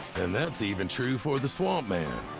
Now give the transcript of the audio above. and that's even true for the swamp man.